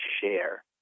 share